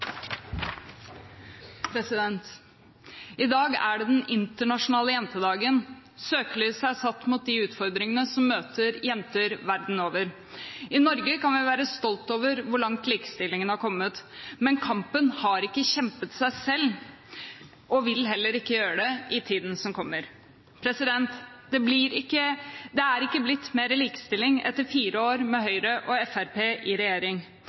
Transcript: det den internasjonale jentedagen, søkelyset er satt på de utfordringene som møter jenter verden over. I Norge kan vi være stolt over hvor langt likestillingen har kommet, men kampen har ikke kjempet seg selv og vil heller ikke gjøre det i tiden som kommer. Det er ikke blitt mer likestilling etter fire år med Høyre og Fremskrittspartiet i regjering.